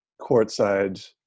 courtside